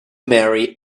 marry